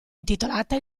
intitolata